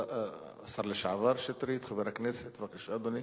השר לשעבר שטרית, חבר הכנסת, בבקשה, אדוני.